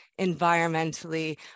environmentally